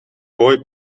boy